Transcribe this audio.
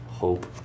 hope